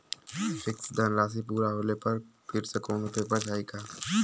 Fix धनराशी पूरा होले पर फिर से कौनो पेपर चाही का?